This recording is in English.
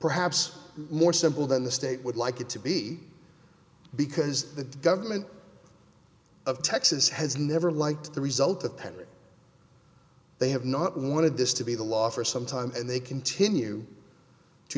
perhaps more simple than the state would like it to be because the government of texas has never liked the result of pending they have not wanted this to be the law for some time and they continue to